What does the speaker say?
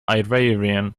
iranian